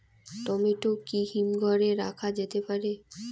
Tomato কি হিমঘর এ রাখা যেতে পারে?